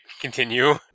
continue